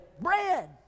Bread